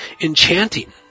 enchanting